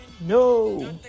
no